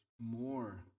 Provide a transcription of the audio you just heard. more